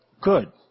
good